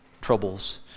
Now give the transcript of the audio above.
troubles